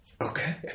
Okay